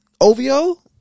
OVO